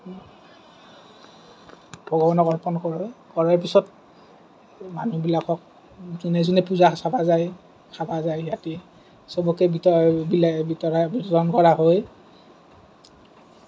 ভগৱানক অৰ্পণ কৰে তাৰপিছত মানুহবিলাকক যোনে যোনে পূজা চাব যায় খাব যায় চবকে বিতাই বিতৰণ কৰা হয়